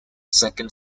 second